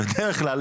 בדרך כלל,